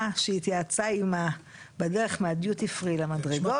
שהיא התייעצה עימה בדרך מהדיוטי פרי למדרגות.